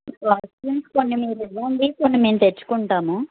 costumes కొన్ని మీరు ఇవ్వండి కొన్ని మేము తెచ్చుకుంటాము